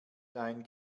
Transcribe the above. dein